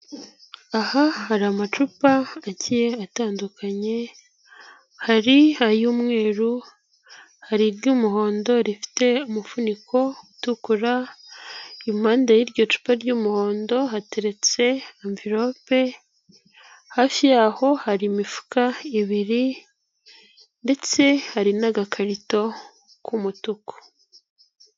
Aha hari amacupa aagiye atandukanye, hari ay'umweru, hari iry'umuhondo rifite umufuniko utukura, impande y'iryo cupa ry'umuhondo hateretse amvirope, hafi yaho hari imifuka ibiri ndetse hari n'agakarito k'umutuku.